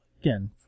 again